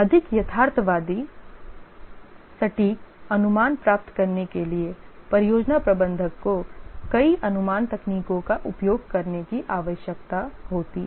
अधिक यथार्थवादी सटीक अनुमान प्राप्त करने के लिए परियोजना प्रबंधक को कई अनुमान तकनीकों का उपयोग करने की आवश्यकता होती है